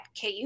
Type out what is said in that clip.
KU